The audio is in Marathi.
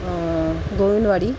गोविंद वाडी